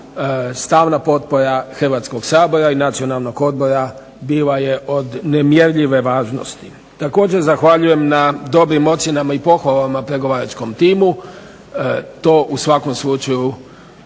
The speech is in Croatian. stalna potpora Hrvatskog sabora i Nacionalnog odbora bila je od nemjerljive važnosti. Također zahvaljujem na dobrim ocjenama i pohvalama pregovaračkom timu. To u svakom slučaju